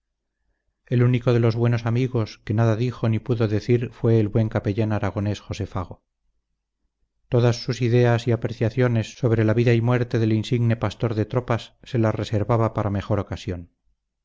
el único de los buenos amigos que nada dijo ni pudo decir fue el buen capellán aragonés josé fago todas sus ideas y apreciaciones sobre la vida y muerte del insigne pastor de tropas se las reservaba para mejor ocasión